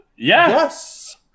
Yes